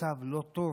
המצב לא טוב.